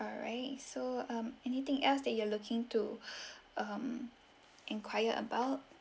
alright so um anything else that you are looking to um enquire about